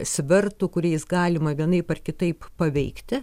svertų kuriais galima vienaip ar kitaip paveikti